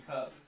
Cup